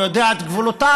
יודע את גבולותיו,